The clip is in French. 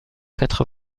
quatre